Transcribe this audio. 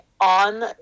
on